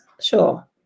Sure